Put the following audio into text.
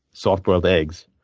soft boiled eggs.